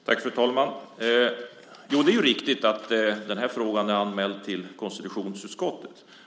Fru talman! Jo, det är riktigt att frågan är anmäld till konstitutionsutskottet.